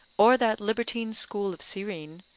or that libertine school of cyrene,